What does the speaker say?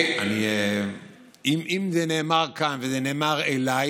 אם זה נאמר כאן וזה נאמר אליי,